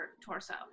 torso